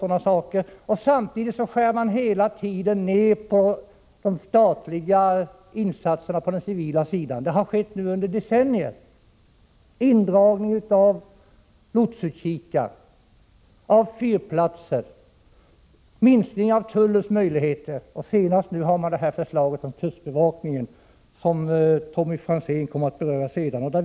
men skär samtidigt hela tiden ner på de statliga insatserna på den civila sidan. Detta har skett under decennier: indragning av lotsutkikar och av fyrplatser och minskning av tullens möjligheter. Det som senast framförts är förslaget om kustbevakningen, som Tommy Franzén kommer att behandla senare under debatten.